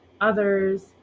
others